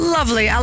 Lovely